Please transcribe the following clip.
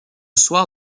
soir